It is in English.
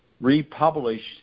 republished